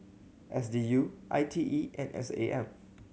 S D U I T E and S A M